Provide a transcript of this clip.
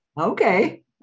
Okay